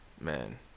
man